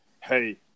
hey